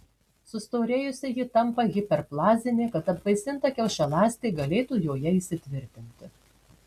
sustorėjusi ji tampa hiperplazinė kad apvaisinta kiaušialąstė galėtų joje įsitvirtinti